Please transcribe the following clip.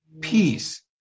Peace